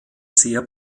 sehr